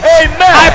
amen